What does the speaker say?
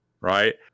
right